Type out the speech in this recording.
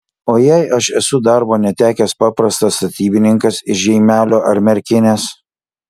o jei aš esu darbo netekęs paprastas statybininkas iš žeimelio ar merkinės